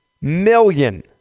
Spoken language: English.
million